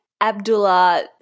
Abdullah